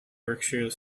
berkshire